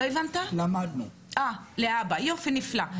אה יופי להבא, נפלא.